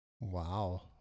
Wow